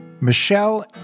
Michelle